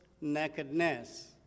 nakedness